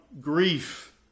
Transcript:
grief